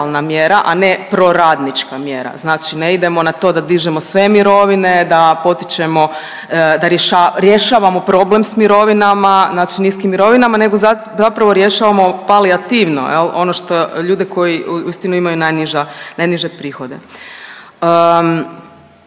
a ne proradnička mjera. Znači ne idemo na to da dižemo sve mirovine, da potičemo, da rješavamo problem s mirovinama niskim mirovinama nego zapravo rješavamo palijativno ono što ljude koji uistinu imaju najniže prihode.